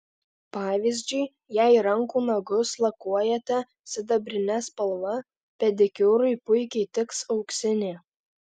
pavyzdžiui jei rankų nagus lakuojate sidabrine spalva pedikiūrui puikiai tiks auksinė